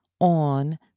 on